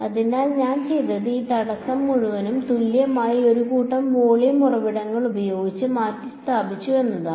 അതിനാൽ ഞാൻ ചെയ്തത് ഈ തടസ്സം മുഴുവനും തുല്യമായ ഒരു കൂട്ടം വോളിയം ഉറവിടങ്ങൾ ഉപയോഗിച്ച് മാറ്റിസ്ഥാപിച്ചു എന്നതാണ്